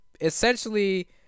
essentially